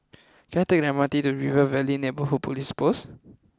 can I take the M R T to River Valley Neighbourhood Police Post